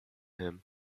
him